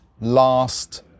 last